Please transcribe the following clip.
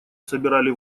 собирали